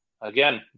again